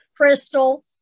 crystal